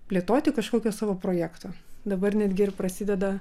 plėtoti kažkokio savo projekto dabar netgi ir prasideda